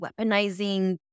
weaponizing